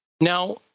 Now